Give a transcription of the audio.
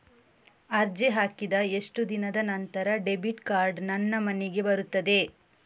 ಅರ್ಜಿ ಹಾಕಿದ ಎಷ್ಟು ದಿನದ ನಂತರ ಡೆಬಿಟ್ ಕಾರ್ಡ್ ನನ್ನ ಮನೆಗೆ ಬರುತ್ತದೆ?